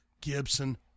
Gibson